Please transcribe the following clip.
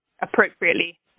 appropriately